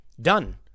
Done